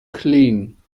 clean